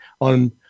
on